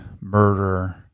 murder